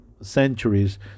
centuries